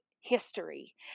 history